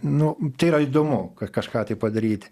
nu tai yra įdomu ka kažką tai padaryti